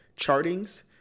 chartings